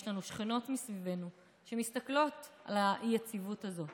יש לנו שכנות מסביבנו שמסתכלות על האי-יציבות הזאת,